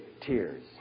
tears